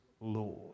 Lord